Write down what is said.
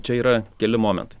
čia yra keli momentai